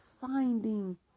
finding